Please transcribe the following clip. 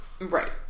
Right